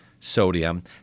sodium